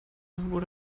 wurde